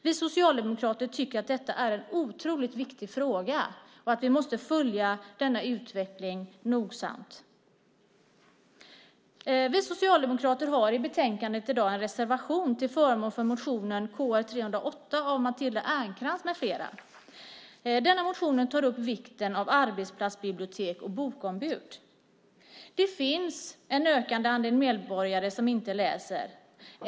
Vi socialdemokrater tycker att detta är en otroligt viktig fråga, och vi måste följa utvecklingen noggrant. Vi socialdemokrater har i dagens betänkande en reservation till förmån för motionen Kr308 av Matilda Ernkrans med flera. Motionen tar upp vikten av arbetsplatsbibliotek och bokombud. Det finns en ökande andel medborgare som inte läser.